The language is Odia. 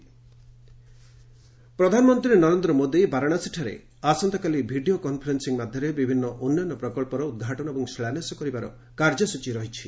ପିଏମ୍ ବାରାଣାସୀ ପ୍ରଧାନମନ୍ତ୍ରୀ ନରେନ୍ଦ୍ର ମୋଦି ବାରାଣାସୀଠାରେ ଆସନ୍ତାକାଲି ଭିଡ଼ିଓ କନ୍ଫରେନ୍ସିଂ ମାଧ୍ୟମରେ ବିଭିନ୍ନ ଉନ୍ନୟନ ପ୍ରକଚ୍ଚର ଉଦ୍ଘାଟନ ଏବଂ ଶିଳାନସ୍ୟାସ କରିବାର କାର୍ଯ୍ୟସ୍ଟଚୀ ରହିଛି